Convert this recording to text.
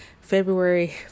February